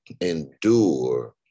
endure